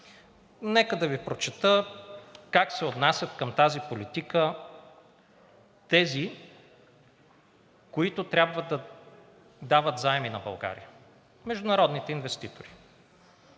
Нека да Ви прочета как се отнасят към тази политика тези, които трябва да дават заеми на България, международните инвеститори.